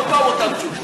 כל פעם אותן תשובות.